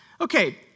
Okay